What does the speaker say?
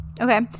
Okay